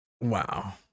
wow